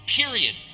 period